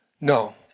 No